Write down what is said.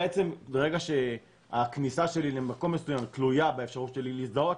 ברגע שהכניסה שלי למקום מסוים תלויה באפשרות שלי להזדהות